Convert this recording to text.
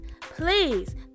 please